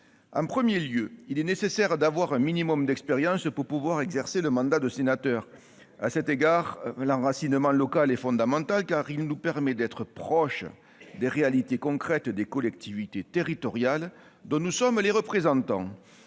En premier lieu, il est nécessaire d'avoir un minimum d'expérience pour pouvoir exercer le mandat de sénateur. C'est tautologique ! À cet égard, l'enracinement local est fondamental, car il nous permet d'être proches des réalités concrètes des collectivités territoriales dont nous sommes les représentants.